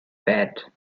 that